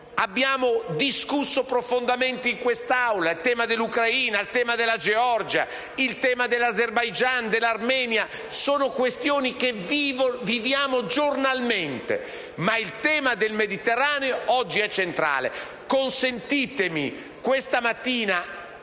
abbiamo discusso profondamente in quest'Aula la situazione dell'Ucraina, della Georgia, dell'Azerbaijan e dell'Armenia. Sono questioni che viviamo giornalmente, ma il tema del Mediterraneo oggi è centrale. Consentitemi di